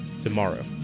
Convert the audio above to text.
tomorrow